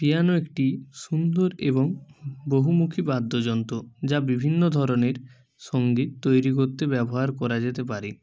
piano একটি সুন্দর এবং বহুমুখী বাদ্যযন্ত্র যা বিভিন্ন ধরনের সঙ্গীত তৈরি করতে ব্যবহার করা যেতে পারে